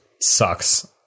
sucks